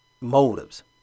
motives